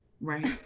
Right